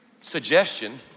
suggestion